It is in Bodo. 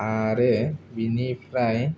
आरो बेनिफ्राय